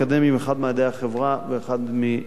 אחד במדעי החברה ואחד משפטים,